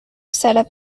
setup